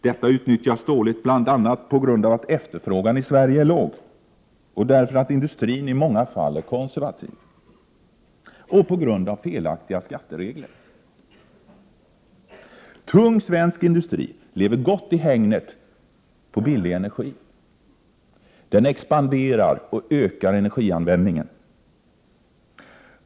Detta utnyttjas dåligt, bl.a. på grund av att efterfrågan i 65 Prot. 1988/89:59 = Sverige är låg och därför att industrin i många fall är konservativ och på grund 1 februari 1989 av felaktiga skatteregler. mm mr ak. Tung svensk industri lever gott i hägnet av billig energi. Den expanderar och ökar energianvändningen.